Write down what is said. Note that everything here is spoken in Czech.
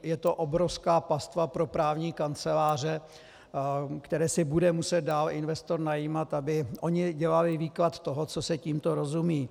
Je to obrovská pastva pro právní kanceláře, které si bude muset dál investor najímat, aby ony dělaly výklad toho, co se tímto rozumí.